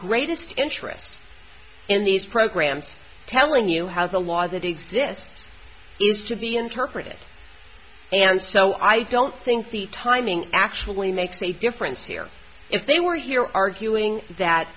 greatest interest in these programs telling you how the law that exists is to be interpreted and so i don't think the timing actually makes a difference here if they were here arguing that